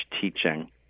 teaching